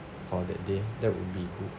for that day that would be good